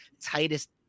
tightest